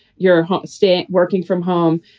your home state working from home.